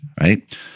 right